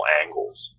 angles